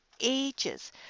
ages